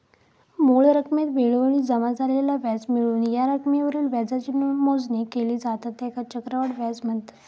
मूळ रकमेत वेळोवेळी जमा झालेला व्याज मिळवून या रकमेवरील व्याजाची मोजणी केली जाता त्येकाच चक्रवाढ व्याज म्हनतत